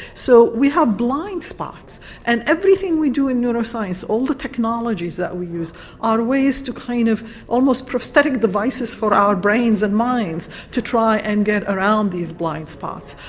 so we have blind spots and everything we do in neuroscience, all the technologies that we use are ways to kind are of almost prosthetic devices for our brains and minds to try and get around these blind spots.